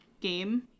game